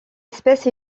espèce